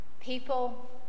people